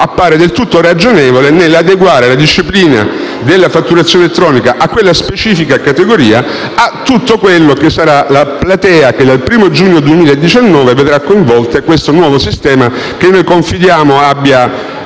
pertanto del tutto ragionevole nell'adeguare la disciplina della fatturazione elettronica per quella specifica categoria rispetto a tutta la platea che, dal primo giugno 2019, verrà coinvolta in questo nuovo sistema, che noi confidiamo abbia